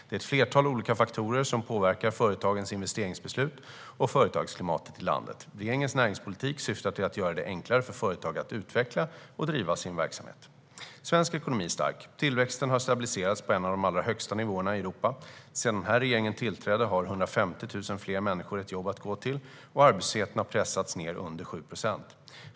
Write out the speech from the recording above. Det är ett flertal olika faktorer som påverkar företagens investeringsbeslut och företagsklimatet i landet. Regeringens näringspolitik syftar till att göra det enklare för företag att utveckla och driva sin verksamhet. Svensk ekonomi är stark. Tillväxten har stabiliserats på en av de allra högsta nivåerna i Europa. Sedan den här regeringen tillträdde har 150 000 fler människor ett jobb att gå till, och arbetslösheten har pressats ned under 7 procent.